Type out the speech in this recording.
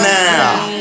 now